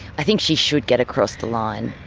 i think she should get across the line,